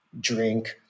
drink